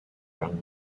young